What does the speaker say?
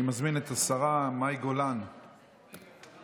אני מזמין את השרה מאי גולן, בבקשה.